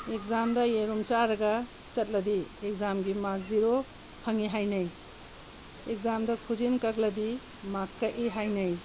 ꯑꯦꯛꯖꯥꯝꯗ ꯌꯦꯔꯨꯝ ꯆꯥꯔꯒ ꯆꯠꯂꯗꯤ ꯑꯦꯛꯖꯥꯝꯒꯤ ꯃꯥꯔꯛ ꯖꯦꯔꯣ ꯐꯪꯏ ꯍꯥꯏꯅꯩ ꯑꯦꯛꯖꯥꯝꯗ ꯈꯨꯖꯤꯟ ꯀꯛꯂꯗꯤ ꯃꯥꯔꯛ ꯀꯛꯏ ꯍꯥꯏꯅꯩ